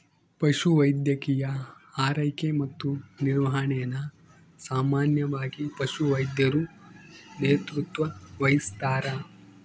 ಪಶುವೈದ್ಯಕೀಯ ಆರೈಕೆ ಮತ್ತು ನಿರ್ವಹಣೆನ ಸಾಮಾನ್ಯವಾಗಿ ಪಶುವೈದ್ಯರು ನೇತೃತ್ವ ವಹಿಸ್ತಾರ